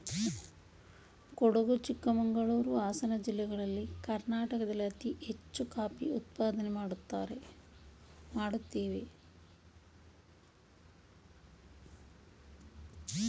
ಕೊಡಗು ಚಿಕ್ಕಮಂಗಳೂರು, ಹಾಸನ ಜಿಲ್ಲೆಗಳು ಕರ್ನಾಟಕದಲ್ಲಿ ಅತಿ ಹೆಚ್ಚು ಕಾಫಿ ಉತ್ಪಾದನೆ ಮಾಡುತ್ತಿವೆ